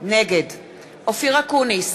נגד אופיר אקוניס,